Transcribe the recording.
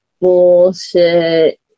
bullshit